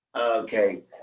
Okay